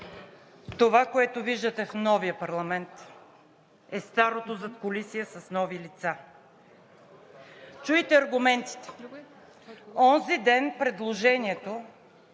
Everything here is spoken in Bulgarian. това, което виждате в новия парламент, е старото задкулисие с нови лица. Чуйте аргументите. Онзи ден предложението